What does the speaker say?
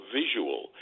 visual